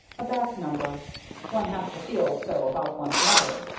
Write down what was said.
a back number one has to feel so about one's mother.